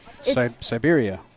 Siberia